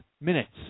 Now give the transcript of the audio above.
minutes